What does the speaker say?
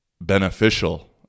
beneficial